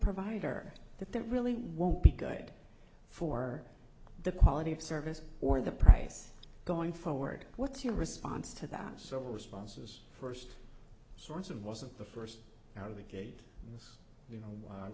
provider that there really won't be good for the quality of service or the price going forward what's your response to that so responses first sort of wasn't the first out of the gate you know